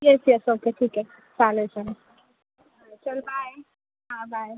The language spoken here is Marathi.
यस यस ओके ठीक आहे चालेल चालेल चल बाय हां बाय